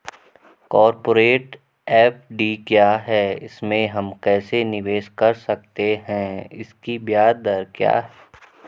Corporate FD क्या है इसमें हम कैसे निवेश कर सकते हैं इसकी ब्याज दर क्या है?